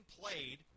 played